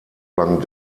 lang